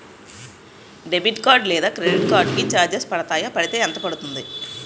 Debit card లేదా credit card కి charges పడతాయా? పడితే ఎంత పడుతుంది?